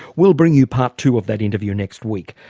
we'll bring you part two of that interview next week.